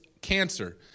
cancer